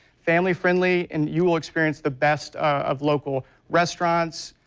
family friendly and you will experience the best of local restaurants,